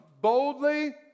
boldly